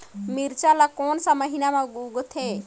मिरचा ला कोन सा महीन मां उगथे?